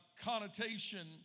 connotation